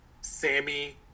Sammy